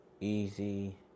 easy